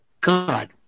God